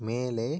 மேலே